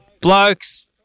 blokes